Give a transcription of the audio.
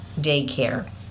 daycare